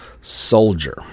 soldier